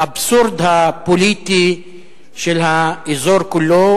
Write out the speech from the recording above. האבסורד הפוליטי של האזור כולו,